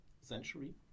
century